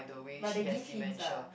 but they give hints ah